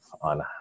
on